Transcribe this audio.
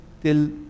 till